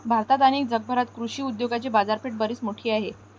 भारतात आणि जगभरात कृषी उद्योगाची बाजारपेठ बरीच मोठी आहे